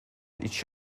each